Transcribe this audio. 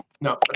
No